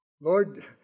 Lord